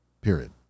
period